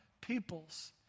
peoples